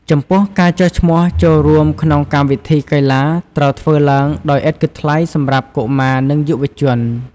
ចំពោះ ការចុះឈ្មោះចូលរួមក្នុងកម្មវិធីកីឡាត្រូវធ្វើឡើងដោយឥតគិតថ្លៃសម្រាប់កុមារនិងយុវជន។